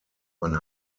man